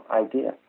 idea